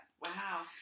Wow